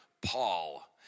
Paul